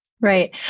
Right